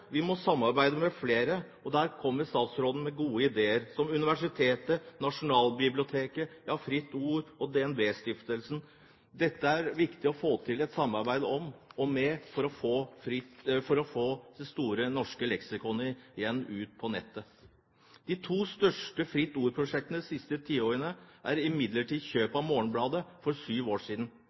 med flere, og der kommer statsråden med gode ideer, som Universitetet, Nasjonalbiblioteket, Fritt Ord og DnB-stiftelsen. Det er viktig med et samarbeid for å få Store norske leksikon ut på nettet igjen. Av de to største Fritt Ord-prosjektene de siste tiårene er imidlertid kjøpet av Morgenbladet for syv år siden.